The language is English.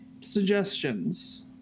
suggestions